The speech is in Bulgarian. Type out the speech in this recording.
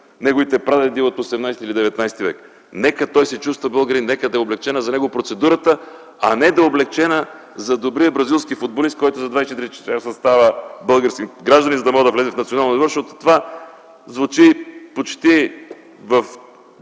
неговите прадеди от ХVІІІ или ХІХ век. Нека той се чувства българин, нека да е облекчена за него процедурата, а не да е облекчена за добрия бразилски футболист, който за 24 часа става български гражданин, за да може да влезе в националния отбор. Това звучи почти в